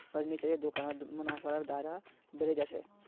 फर्नीचरेर दुकानत मुनाफार दायरा बढ़े जा छेक